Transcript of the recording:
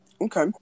Okay